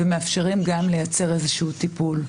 ומאפשרים גם לייצר איזשהו טיפול,